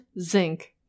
zinc